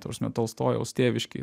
ta prasme tolstojaus tėviškėj